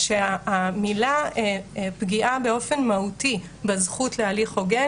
שהמילה "פגיעה באופן מהותי בזכות להליך הוגן"